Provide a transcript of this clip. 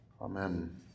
Amen